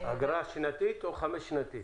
אגרה שנתית או חמש-שנתית?